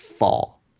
fall